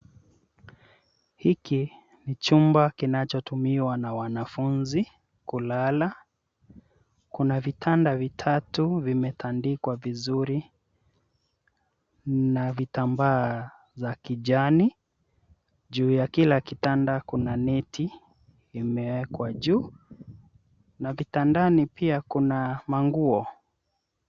Hiki ni chumba kinachotumiwa na wanafunzi kulala. Kuna vitanda vitatu vimetandikwa vizuri na vitambaa za kijani juu ya kila kitanda kuna net imewekwa juu, na vitandani pia kuna nguo.